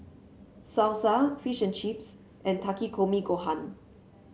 Salsa Fish and Chips and Takikomi Gohan